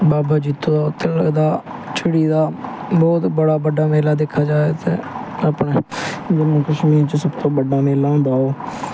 बाबा जित्तो दै उत्थें लगदा झिड़ी दा बहुत बड्डा दिक्खेआ जाए ते अपनै जम्मू कश्मीर च सब तों बड्डा मेला होंदा ओह्